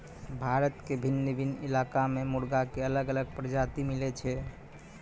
भारत के भिन्न भिन्न इलाका मॅ मुर्गा के अलग अलग प्रजाति मिलै छै